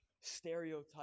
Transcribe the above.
stereotype